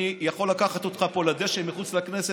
אני יכול לקחת אותך פה לדשא מחוץ לכנסת,